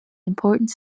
important